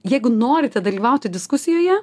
jeigu norite dalyvauti diskusijoje